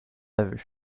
aveux